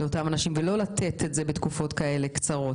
ולא לתת את זה בתקופות כאלה קצרות.